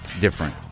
different